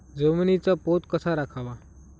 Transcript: जमिनीचा पोत कसा राखावा?